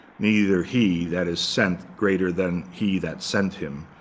neither he that is sent greater than he that sent him.